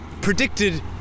predicted